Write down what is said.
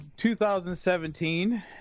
2017